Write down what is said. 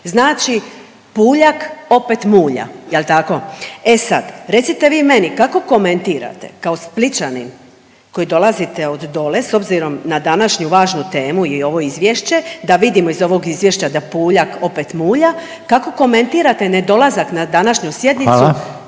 Znači Puljak opet mulja, jel tako? E sad, recite vi meni, kako komentirate kao Splićanin koji dolazite od dole s obzirom na današnju važnu temu i ovo izvješće, da vidimo iz ovog izvješća da Puljak opet mulja, kako komentirate nedolazak na današnju sjednicu…/Upadica